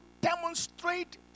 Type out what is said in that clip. demonstrate